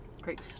Great